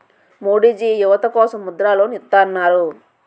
మోడీజీ యువత కోసం ముద్ర లోన్ ఇత్తన్నారు